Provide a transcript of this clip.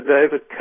David